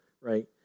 right